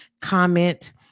comment